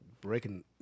Breaking